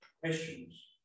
Questions